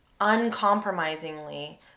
uncompromisingly